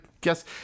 guess